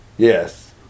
Yes